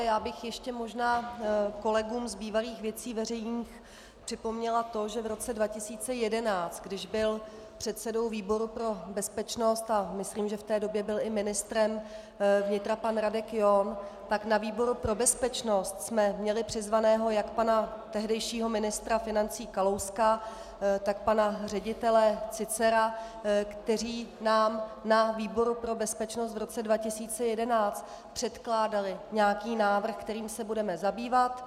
Já bych ještě možná kolegům z bývalých Věcí veřejných připomněla to, že v roce 2011, když byl předsedou výboru pro bezpečnost, a myslím, že v té době byl i ministrem vnitra pan Radek John, tak na výboru pro bezpečnost jsme měli přizvaného jak pana tehdejšího ministra financí Kalouska, tak pana ředitele Cícera, kteří nám na výboru pro bezpečnost v roce 2011 předkládali nějaký návrh, kterým se budeme zabývat.